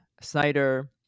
Snyder